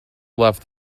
left